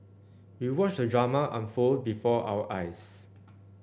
we watched the drama unfold before our eyes